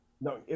No